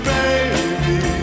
baby